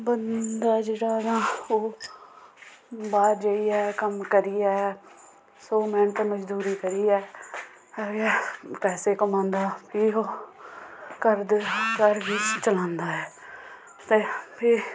बंदा जेह्ड़ा न ओह् बाह्र जाइयै कम्म करियै सौ मैह्नत मजदूरी करियै पैसे कमांदा फ्ही ओह् घर दे घर बी चलांदा ऐ ते फ्ही